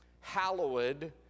Hallowed